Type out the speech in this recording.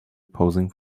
posing